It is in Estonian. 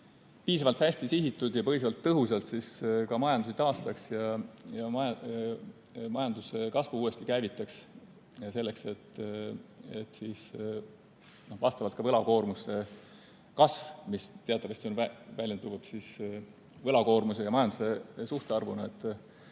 piisavalt hästi sihitud ja piisavalt tõhusalt ka majanduse taastaks ja majanduse kasvu uuesti käivitaks, selleks et võlakoormuse kasv, mis teatavasti on väljendunud võlakoormuse ja majanduse suhtarvuna, ei